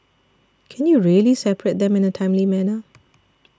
can you really separate them in a timely manner